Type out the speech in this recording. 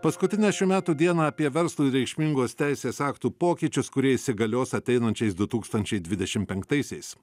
paskutinę šių metų dieną apie verslui reikšmingos teisės aktų pokyčius kurie įsigalios ateinančiais du tūkstančiai dvidešimt penktaisiais